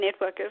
networkers